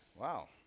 Wow